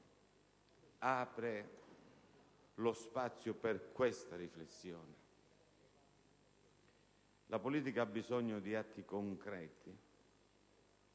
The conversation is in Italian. apre lo spazio per questa riflessione. La politica ha bisogno di atti concreti